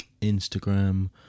Instagram